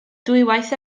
ddwywaith